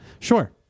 sure